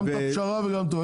גם בפשרה וגם טוב,